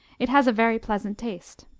it has a very pleasant taste.